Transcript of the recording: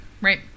Right